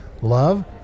Love